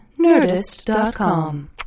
Nerdist.com